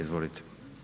Izvolite.